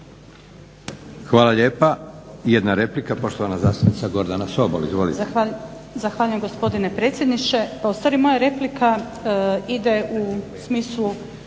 Hvala lijepa. Jedna replika poštovana zastupnica Gordana Sobol.